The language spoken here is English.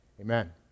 Amen